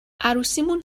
عروسیمون